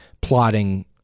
plotting